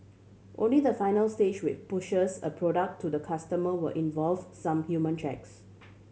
only the final stage which pushes a product to the customer will involve some human checks